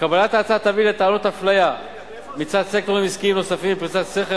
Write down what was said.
קבלת ההצעה תביא לטענות אפליה מצד סקטורים עסקיים נוספים ולפריצת סכר